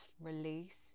release